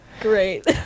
Great